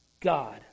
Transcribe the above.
God